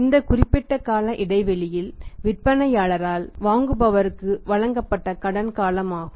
இந்த குறிப்பிட்ட கால இடைவெளியி விற்பனையாளரால் வாங்குபவருக்கு வழங்கப்பட்ட கடன் காலமாகும்